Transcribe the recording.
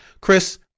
Chris